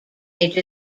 age